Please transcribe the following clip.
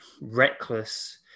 reckless